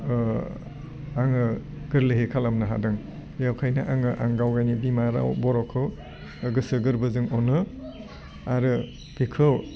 आङो गोरलैहै खालामनो हादों बेवखायनो आङो गावगावनि बिमा राव बर'खौ गोसो गोरबोजों अनो आरो बेखौ